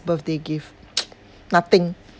birthday gift nothing